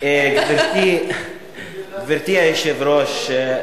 גברתי היושבת-ראש,